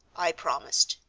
i promised,